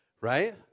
Right